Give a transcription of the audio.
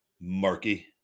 Marky